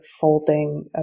folding